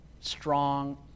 Strong